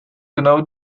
genau